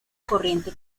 corriente